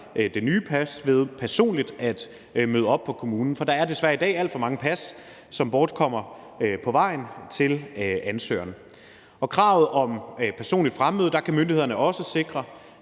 det nye pas ved personligt at møde op på kommunen. For der er i dag desværre alt for mange pas, som bortkommer på vejen til ansøgeren. Og med kravet om personligt fremmøde kan myndighederne også sikre,